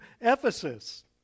Ephesus